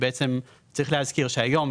צריך להזכיר שהיום,